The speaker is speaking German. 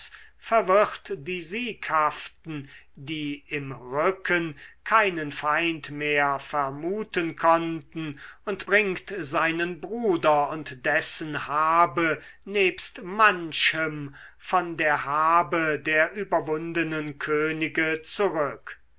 verwirrt die sieghaften die im rücken keinen feind mehr vermuten konnten und bringt seinen bruder und dessen habe nebst manchem von der habe der überwundenen könige zurück